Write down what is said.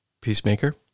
Peacemaker